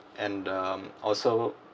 and uh also